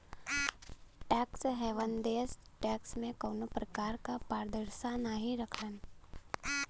tax haven देश tax में कउनो प्रकार क पारदर्शिता नाहीं रखलन